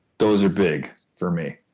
those are big for me.